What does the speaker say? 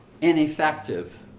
ineffective